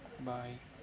bye